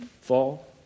fall